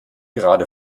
gerade